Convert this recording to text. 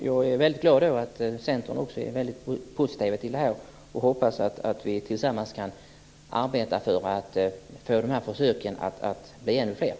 Jag är väldigt glad över att Centern är positiv till de lokala försöken, och jag hoppas att vi tillsammans kan arbeta för att det blir ännu fler sådana försök.